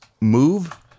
move